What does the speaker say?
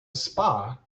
spa